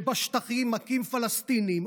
שבשטחים מכים פלסטינים,